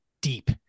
deep